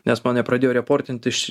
nes mane pradėjo reportint iš